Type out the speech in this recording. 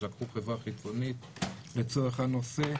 אז לקחו חברה חיצונית לצורך הנושא,